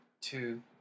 two